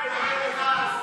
מה הוא נותן לך לדבר?